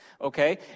Okay